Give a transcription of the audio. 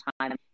time